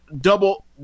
double